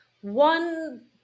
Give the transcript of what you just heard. one